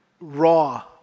raw